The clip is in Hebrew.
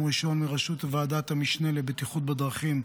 ראשון מראשות ועדת המשנה לבטיחות בדרכים,